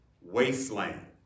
wasteland